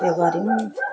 त्यो गर्यौँ